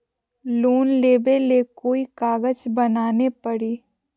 Loan लेबे ले कोई कागज बनाने परी?